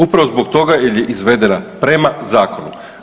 Upravo zbog toga jel je izvedena prema zakonu.